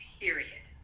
period